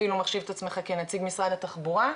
אפילו מחשיב את עצמך כנציג משרד התחבורה,